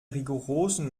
rigorosen